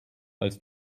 als